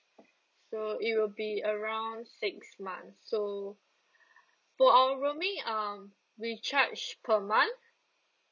so it will be around six months so for our roaming um we charge per month